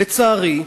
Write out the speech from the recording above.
לצערי,